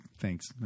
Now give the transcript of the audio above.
thanks